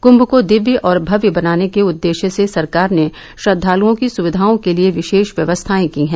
कुंभ को दिव्य और भव्य बनाने के उद्देश्य से सरकार ने श्रद्वालुओं की सुविधाओं के लिये विशेष व्यवस्थाएं की हैं